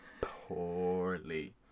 Poorly